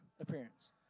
appearance